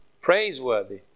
praiseworthy